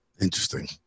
interesting